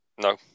No